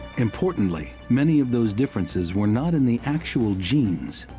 importantly, many of those differences were not in the actual genes.